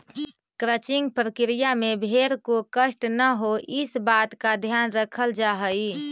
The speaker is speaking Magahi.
क्रचिंग प्रक्रिया में भेंड़ को कष्ट न हो, इस बात का ध्यान रखल जा हई